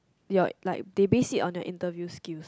your like they base it on your interview skills